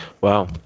Wow